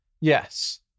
yes